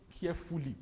carefully